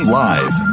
live